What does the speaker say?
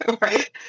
right